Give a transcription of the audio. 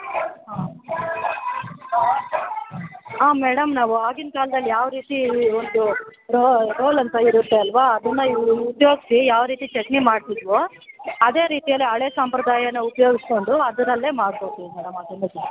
ಹಾಂ ಆಂ ಮೇಡಮ್ ನಾವು ಆಗಿನ ಕಾಲ್ದಲ್ಲಿ ಯಾವ ರೀತಿ ಒಂದು ರೋ ರೋಲ್ ಅಂತ ಇರುತ್ತೆ ಅಲ್ಲವಾ ಅದನ್ನ ಉಪಯೋಗ್ಸಿ ಯಾವ ರೀತಿ ಚಟ್ನಿ ಮಾಡ್ತಿದ್ದೆವೋ ಅದೇ ರೀತಿಯಲ್ಲಿ ಹಳೆಯ ಸಂಪ್ರದಾಯನ ಉಪಯೋಗ್ಸ್ಕೊಂಡು ಅದರಲ್ಲೇ ಮಾಡ್ಕೊಡ್ತೀವಿ ಮೇಡಮ್ ಅದನ್ನೂ ಸಹ